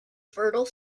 fertile